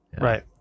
Right